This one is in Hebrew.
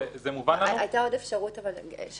אני